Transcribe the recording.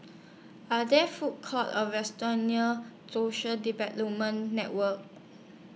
Are There Food Courts Or restaurants near Social Development Network